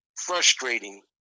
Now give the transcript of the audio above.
frustrating